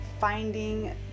finding